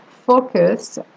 focus